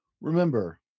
Remember